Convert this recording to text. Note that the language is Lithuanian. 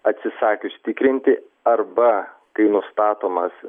atsisakius tikrinti arba kai nustatomas